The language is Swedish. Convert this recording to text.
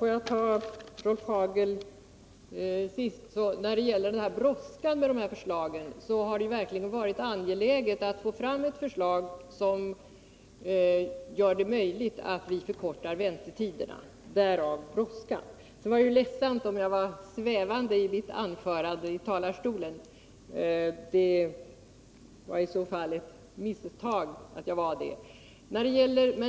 vill först svara Rolf Hagel och säga att när det gäller brådskan med dessa förslag, så har det verkligen varit angeläget att få fram ett förslag som gör det möjligt att väntetiderna förkortas. Därav brådskan. Det var ledsamt att jag framstod som svävande i mitt anförande från talarstolen, men det var inte min mening att vara det.